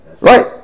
Right